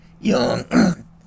young